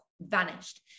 vanished